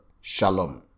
Shalom